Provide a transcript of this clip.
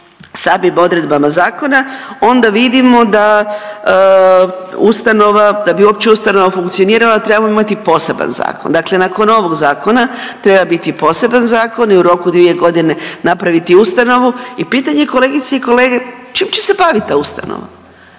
samim odredbama zakona onda vidimo da ustanova, da bi uopće ustanova funkcionirala trebamo imati poseban zakon. Dakle, nakon ovog zakona treba biti poseban zakon i u roku 2 godine napraviti ustanovu i pitanje je kolegice i kolege čim će se baviti ta ustanova.